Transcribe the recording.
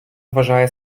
вважає